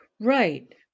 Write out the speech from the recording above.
Right